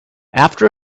after